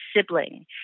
sibling